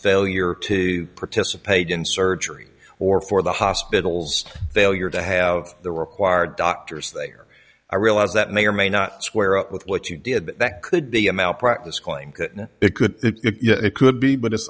failure to participate in surgery or for the hospital's failure to have the required doctors there i realize that may or may not square up with what you did that could be a malpractise calling it could it could be but it's